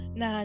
na